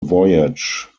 voyage